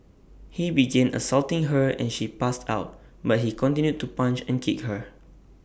he began assaulting her and she passed out but he continued to punch and kick her